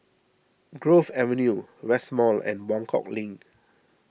Grove Avenue West Mall and Buangkok Link